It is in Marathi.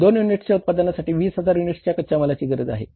2 युनिट्सच्या उत्पादनासाठी 20 हजार युनिट्स कच्या मालाची गरज आहे